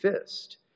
fist